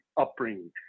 upbringing